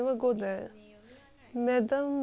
madam madam something I forgot